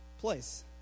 place